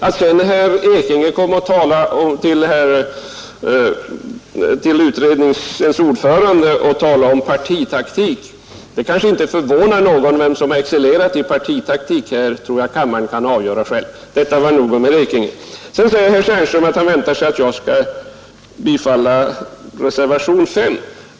Sedan vände sig herr Ekinge till utredningens ordförande och talade om partitaktik, och det kanske inte förvånade någon, ty vem som här har excellerat i partitaktik tror jag att kammarens ledamöter själva kan avgöra. Detta nog om herr Ekinge. Sedan sade herr Stjernström att han nästan väntade sig att jag skulle biträda reservationen 5.